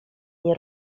nie